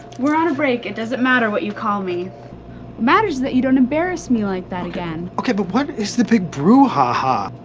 we're on a break, it doesn't matter what you call me. what matters that you don't embarrass me like that again. okay, but what is the big brouhaha?